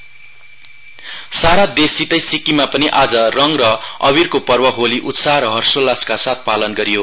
होली सारा देशसितै सिक्किममा पनि आज रंग र अविरको पर्व होली उत्साह र हर्षोल्लासका साथ पालन गरियो